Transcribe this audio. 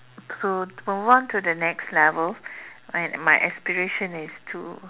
to move on to the next level and my aspiration is to